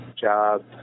job